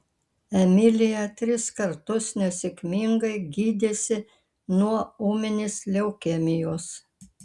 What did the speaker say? emilija tris kartus nesėkmingai gydėsi nuo ūminės leukemijos